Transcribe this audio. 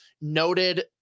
noted